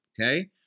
Okay